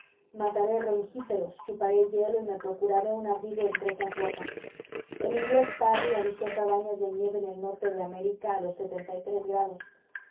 mataré rengíferos chuparé hielo y me procuraré un abrigo entre esas rocas el inglés parry habitó cabañas de nieve en el norte de américa a los grados